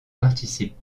participent